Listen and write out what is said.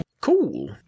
Cool